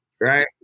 right